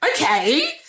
okay